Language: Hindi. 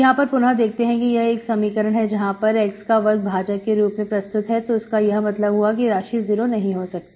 यहां पर पुनः देखते हैं कि यह एक समीकरण है जहां पर x का वर्ग भाजक के रूप में प्रस्तुत है तो इसका यह मतलब हुआ कि यह राशि 0 नहीं हो सकती